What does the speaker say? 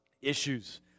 issues